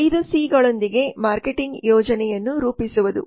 5 ಸಿಗಳೊಂದಿಗೆ ಮಾರ್ಕೆಟಿಂಗ್ ಯೋಜನೆಯನ್ನು ರೂಪಿಸುವುದು